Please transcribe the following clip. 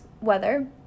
weather